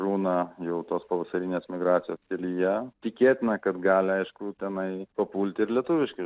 būna jau tos pavasarinės migracijos pilyje tikėtina kad gali aišku tenai papulti ir lietuviški